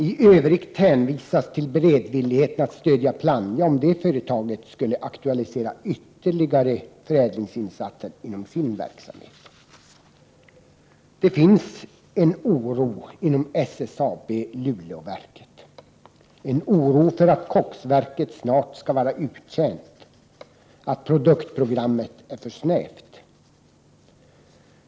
I övrigt hänvisas till beredvilligheten att stödja Plannja om det företaget skulle aktualisera ytterligare förädlingsinsatser inom sin verksamhet. Det finns en oro inom SSAB-Luleåverket, en oro för att koksverket snart skall vara uttjänt, att produktprogrammet är för snävt.